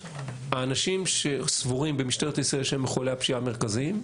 האנשים שסבורים במשטרת ישראל שהם מחוללי הפשיעה המרכזיים,